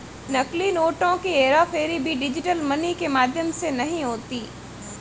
नकली नोटों की हेराफेरी भी डिजिटल मनी के माध्यम से नहीं होती